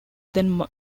then